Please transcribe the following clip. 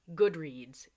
Goodreads